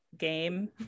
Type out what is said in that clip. game